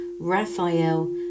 Raphael